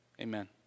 Amen